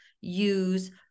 use